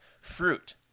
fruit